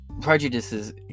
Prejudices